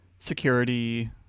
security